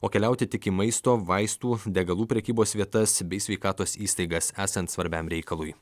o keliauti tik į maisto vaistų degalų prekybos vietas bei sveikatos įstaigas esant svarbiam reikalui